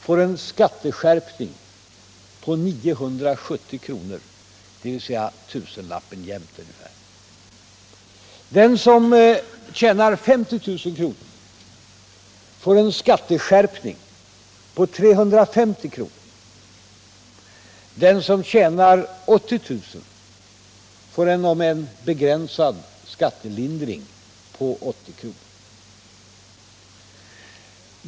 får en skatteskärpning på 970 kr., dvs. nästan tusenlappen jämnt. Den som tjänar 50 000 kr. får en skatteskärpning på 350 kr. Den som tjänar 80 000 kr. får en, om än begränsad, skattelindring, på 80 kr.